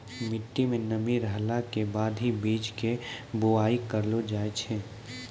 मिट्टी मं नमी रहला के बाद हीं बीज के बुआई करलो जाय छै